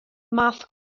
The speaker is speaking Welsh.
math